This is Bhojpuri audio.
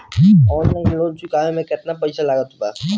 ऑनलाइन लोन चुकवले मे केतना पईसा लागत बा?